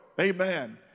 Amen